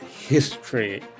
history